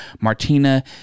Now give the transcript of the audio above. Martina